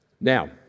Now